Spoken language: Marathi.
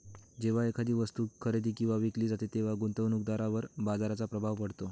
जेव्हा एखादी वस्तू खरेदी किंवा विकली जाते तेव्हा गुंतवणूकदारावर बाजाराचा प्रभाव पडतो